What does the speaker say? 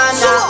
no